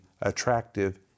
attractive